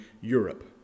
Europe